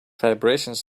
vibrations